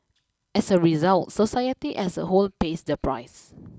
as a result society as a whole pays the price